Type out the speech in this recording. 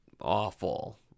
awful